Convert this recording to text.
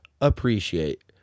appreciate